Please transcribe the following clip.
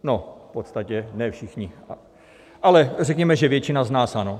No, v podstatě ne všichni, ale řekněme, že většina z nás ano.